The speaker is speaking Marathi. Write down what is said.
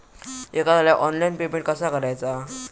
एखाद्याला ऑनलाइन पेमेंट कसा करायचा?